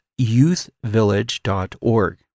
youthvillage.org